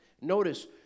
Notice